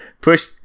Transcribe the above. push